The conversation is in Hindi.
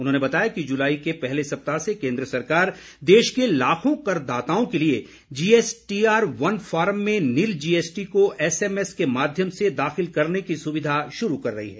उन्होंने बताया कि जुलाई के पहले सप्ताह से केन्द्र सरकार देश के लाखों करदाताओं के लिए जीएसटीआर वन फॉर्म में निल जीएसटी को एसएमएस के माध्यम से दाखिल करने की सुविधा शुरू कर रही है